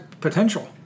potential